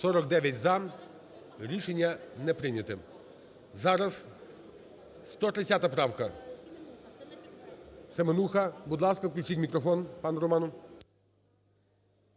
За-49 Рішення не прийнято. Зараз 130 правка, Семенуха. Будь ласка, включіть мікрофон пану Роману.